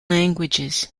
languages